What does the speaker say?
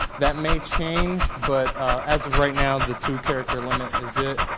that may change, but as of right now, the two character limit is it.